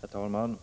Herr talman!